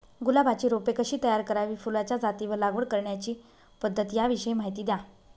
गुलाबाची रोपे कशी तयार करावी? फुलाच्या जाती व लागवड करण्याची पद्धत याविषयी माहिती द्या